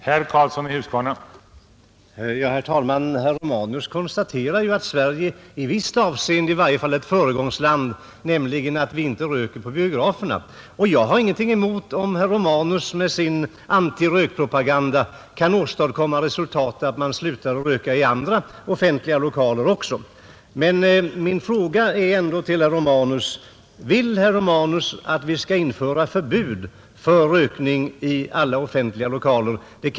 Herr talman! Herr Romanus konstaterar att Sverige i varje fall i visst avseende är ett föregångsland, därigenom att vi här inte röker på biograferna. Jag har ingenting emot att herr Romanus med sin antirökpropaganda åstadkommer det resultatet att man slutar att röka i alla offentliga lokaler. Men min fråga är ändå: Vill herr Romanus att vi skall införa förbud mot rökning i alla offentliga lokaler?